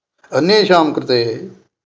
अन्येषां कृते